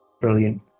Brilliant